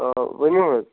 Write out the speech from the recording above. آ ؤنِو حظ